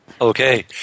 Okay